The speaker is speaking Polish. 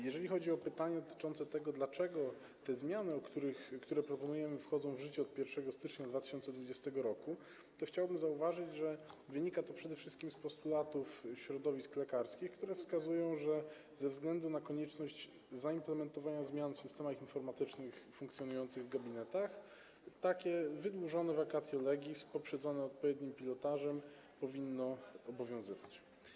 Jeżeli chodzi o pytanie dotyczące tego, dlaczego zmiany, które proponujemy, wchodzą w życie od 1 stycznia 2020 r., to chciałbym zauważyć, że wynika to przede wszystkim z postulatów środowisk lekarskich, które wskazują, że ze względu na konieczność zaimplementowania zmian w systemach informatycznych w funkcjonujących gabinetach takie wydłużone vacatio legis poprzedzone odpowiednim pilotażem powinno obowiązywać.